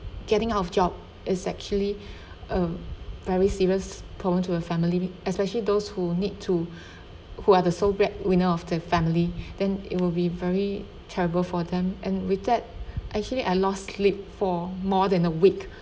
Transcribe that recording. getting out of job is actually a very serious problem to a family especially those who need to who are the sole breadwinner of the family then it will be very terrible for them and with that actually I lost sleep for more than a week